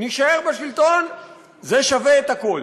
נישאר בשלטון, זה שווה את הכול.